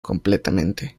completamente